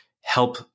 help